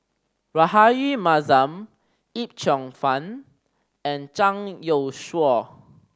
Rahayu Mahzam Yip Cheong Fun and Zhang Youshuo